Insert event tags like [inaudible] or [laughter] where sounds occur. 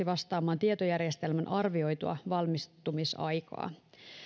[unintelligible] vastaamaan tietojärjestelmän arvioitua valmistumisaikaa